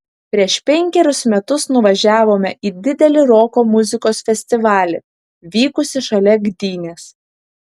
prieš penkerius metus nuvažiavome į didelį roko muzikos festivalį vykusį šalia gdynės